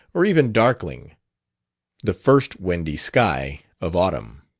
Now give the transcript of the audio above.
or even darkling the first windy sky of autumn.